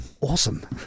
Awesome